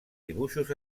dibuixos